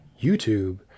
YouTube